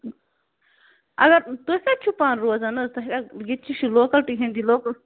اَگر تُہۍ کتہِ چھِو پانہٕ روزان حظ تُہی حظ ییٚتِکی چھِ لوکلٹی ہٕنٛدی لوکل